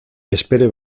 espere